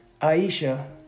Aisha